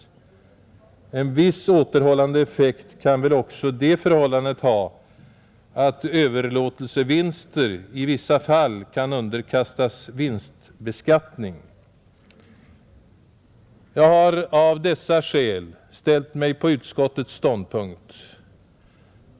En viss återhållande effekt kan väl också det förhållandet ha att överlåtelsevinster i vissa fall kan underkastas vinstbeskattning. Jag har av dessa skäl ställt mig på utskottets ståndpunkt.